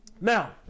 Now